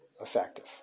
effective